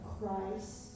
Christ